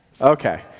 Okay